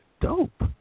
dope